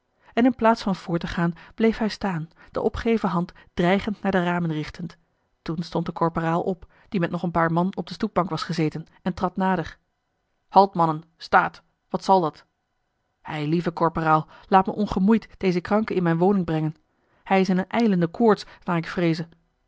en in plaats van voort te gaan bleef hij staan de opgeheven hand dreigend naar de ramen richtend toen stond de korporaal op die met nog een paar man op de stoepbank was gezeten en trad nader halt mannen staat wat zal dat eilieve korporaal laat me ongemoeid dezen kranke in mijne woning brengen hij is in eene ijlende koorts naar ik vreeze